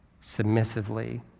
submissively